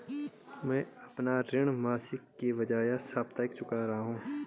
मैं अपना ऋण मासिक के बजाय साप्ताहिक चुका रहा हूँ